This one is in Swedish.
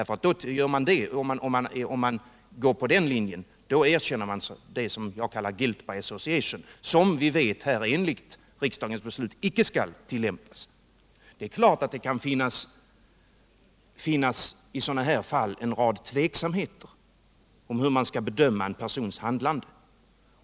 Om man går på den linjen erkänner man det som jag kallar ”guilt by association”, som vi vet enligt regeringens beslut icke skall tillämpas. Det är klart att det i sådana här fall kan finnas tvekan om hur man skall bedöma en persons handlande.